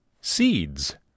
seeds